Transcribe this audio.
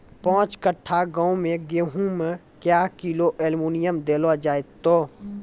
पाँच कट्ठा गांव मे गेहूँ मे क्या किलो एल्मुनियम देले जाय तो?